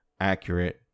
accurate